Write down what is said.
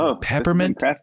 peppermint